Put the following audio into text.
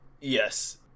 Yes